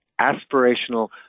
aspirational